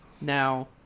Now